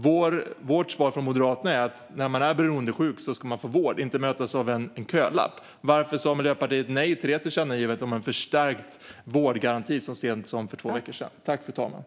Moderaternas svar är att när man är beroendesjuk ska man få vård och inte mötas av en kölapp. Varför sa Miljöpartiet så sent som för två veckor sedan nej till tillkännagivandet om en förstärkt vårdgaranti?